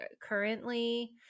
currently